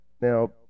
Now